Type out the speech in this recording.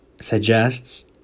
suggests